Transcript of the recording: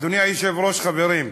אדוני היושב-ראש, חברים,